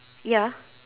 ya